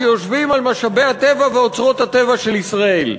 שיושבים על משאבי הטבע ואוצרות הטבע של ישראל?